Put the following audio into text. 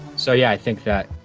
so yeah, i think that